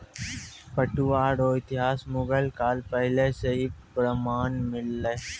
पटुआ रो इतिहास मुगल काल पहले से ही प्रमान मिललै